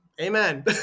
Amen